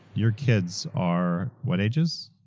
your kids are what ages?